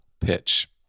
pitch